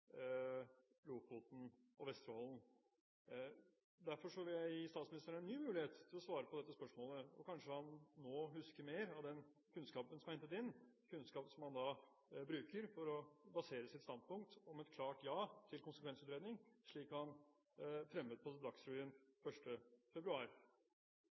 Lofoten og Vesterålen. Derfor vil jeg gi statsministeren en ny mulighet til å svare på dette spørsmålet. Kanskje han nå husker mer av den kunnskapen som er hentet inn, kunnskap som han bruker for å basere sitt standpunkt om et klart ja til konsekvensutredning, slik han fremmet på Dagsrevyen 1. februar.